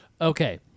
Okay